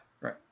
Right